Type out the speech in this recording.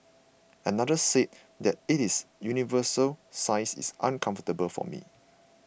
another said that it is universal size is uncomfortable for me